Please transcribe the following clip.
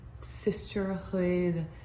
sisterhood